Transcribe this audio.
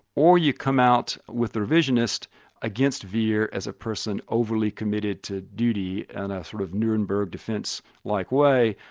or you come out with the revisionist against vere as a person overly committed to duty and a sort of nuremberg defence like way,